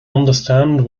understand